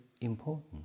important